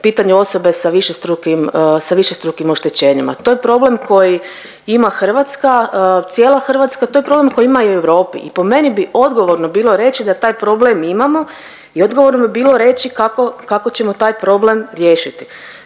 pitanju osobe sa višestrukim oštećenjima, to je problem koji ima Hrvatska, cijela Hrvatska, to je problem koji imaju i u Europi i po meni bi odgovorno bilo reći da taj problem imamo i odgovorno bi bilo reći kako ćemo taj problem riješiti.